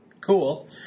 cool